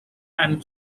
and